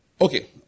Okay